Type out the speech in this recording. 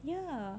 ya